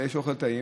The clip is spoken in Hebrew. ויש אוכל טעים.